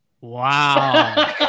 Wow